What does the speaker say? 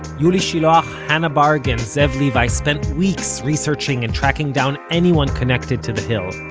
yuli shiloach, hannah barg and zev levi spent weeks researching and tracking down anyone connected to the hill.